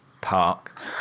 park